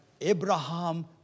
Abraham